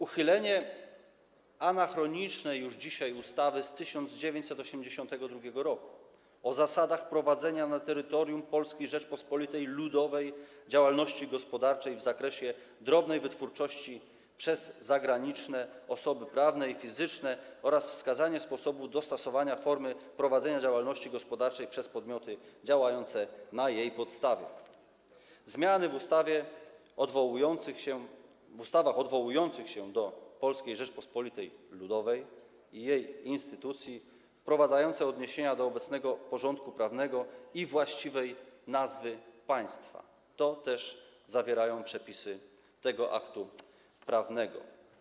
Uchylenie anachronicznej już dzisiaj ustawy z 1982 r. o zasadach prowadzenia na terytorium Polskiej Rzeczypospolitej Ludowej działalności gospodarczej w zakresie drobnej wytwórczości przez zagraniczne osoby prawne i fizyczne oraz wskazanie sposobu dostosowania formy prowadzenia działalności gospodarczej przez podmioty działające na jej podstawie, zmiany w ustawach odwołujących się do Polskiej Rzeczypospolitej Ludowej i jej instytucji wprowadzające odniesienia do obecnego porządku prawnego i właściwej nazwy państwa - to też zawierają przepisy tego aktu prawnego.